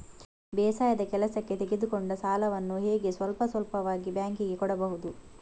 ಬೇಸಾಯದ ಕೆಲಸಕ್ಕೆ ತೆಗೆದುಕೊಂಡ ಸಾಲವನ್ನು ಹೇಗೆ ಸ್ವಲ್ಪ ಸ್ವಲ್ಪವಾಗಿ ಬ್ಯಾಂಕ್ ಗೆ ಕೊಡಬಹುದು?